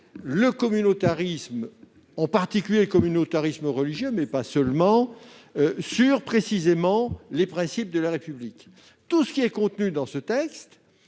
le communautarisme, en particulier le communautarisme religieux- mais pas seulement -, sur les principes de la République. Tout ce qui est contenu dans ce texte